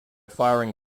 firing